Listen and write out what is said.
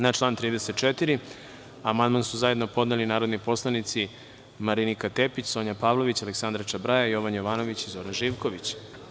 Na član 34. amandman su zajedno podneli narodni poslanici Marinika Tepić, Sonja Pavlović, Aleksandra Čabraja, Jovan Jovanović i Zoran Živković.